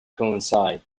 coincide